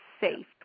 safe